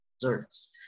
desserts